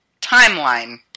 timeline